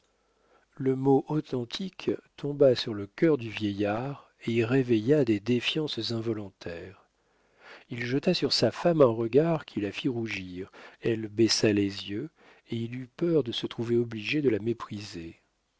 le mot authentique tomba sur le cœur du vieillard et y réveilla des défiances involontaires il jeta sur sa femme un regard qui la fit rougir elle baissa les yeux et il eut peur de se trouver obligé de la mépriser